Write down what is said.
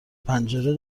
پنجره